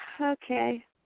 okay